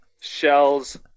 shells